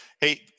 Hey